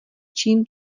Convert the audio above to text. čím